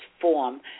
form